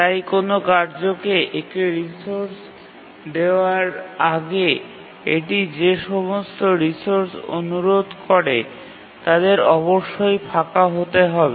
তাই কোনও কার্যকে একটি রিসোর্স দেওয়ার আগে এটি যে সমস্ত রিসোর্স অনুরোধ করে তাদের অবশ্যই ফাঁকা হতে হবে